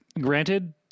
granted